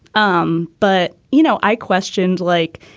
um but you know i questioned like